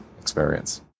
experience